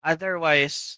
Otherwise